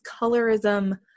colorism